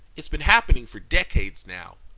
it's been happening for decades now.